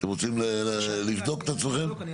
אתם רוצים לבדוק את עצמכם?